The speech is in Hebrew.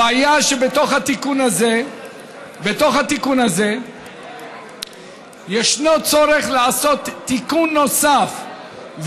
הבעיה היא שבתוך התיקון הזה יש צורך לעשות תיקון נוסף,